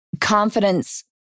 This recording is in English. confidence